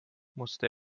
musste